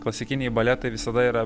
klasikiniai baletai visada yra